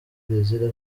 brezil